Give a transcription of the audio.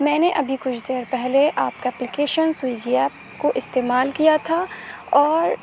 میں نے ابھی کچھ دیر پہلے آپ کا اپلیکیشن سویگی ایپ کو استعمال کیا تھا اور